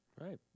Right